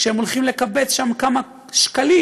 כשהם הולכים לקבץ שם כמה שקלים,